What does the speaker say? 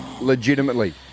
legitimately